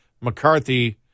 McCarthy